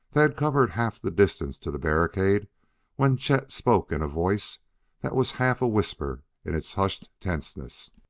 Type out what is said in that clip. they had covered half the distance to the barricade when chet spoke in a voice that was half a whisper in its hushed tenseness.